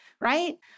right